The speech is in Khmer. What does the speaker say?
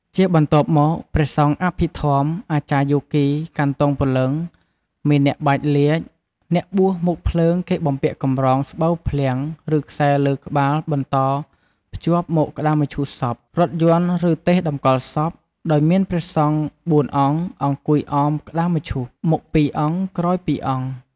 ជាបន្ទាប់មកព្រះសង្ឃអភិធម្ម អាចារ្យយោគី កាន់ទង់ព្រលឹង មានអ្នកបាចលាជ អ្នកបួសមុខភ្លើងគេបំពាក់កម្រង ស្បូវក្លាំង ឬខ្សែលើក្បាលបន្តភ្ជាប់ មកក្តាមឈូសសព រថយន្ត ឬទេសតំកល់សព ដោយមានព្រះសង្ឃបួនអង្គ អង្គុយអមក្តាមឈូស មុខពីរអង្គក្រោយពីរអង្គ។